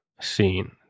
seen